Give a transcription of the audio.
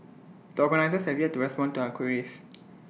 the organisers have yet to respond to our queries